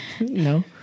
No